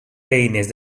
beines